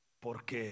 Porque